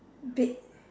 Dick